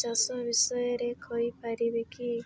ଚାଷ ବିଷୟରେ କହିପାରିବେ କି